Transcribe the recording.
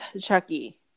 Chucky